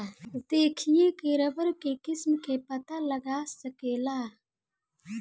देखिए के रबड़ के किस्म के पता लगा सकेला